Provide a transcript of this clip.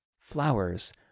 flowers